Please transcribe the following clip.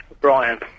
Brian